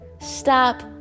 Stop